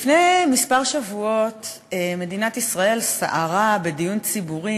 לפני כמה שבועות מדינת ישראל סערה בדיון ציבורי